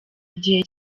igihe